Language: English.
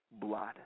blood